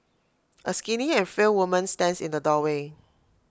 A skinny and frail woman stands in the doorway